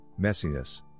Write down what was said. messiness